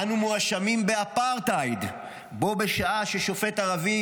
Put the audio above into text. אנו מואשמים באפרטהייד’ בה בשעה ששופט ערבי